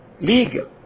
legal